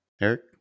Eric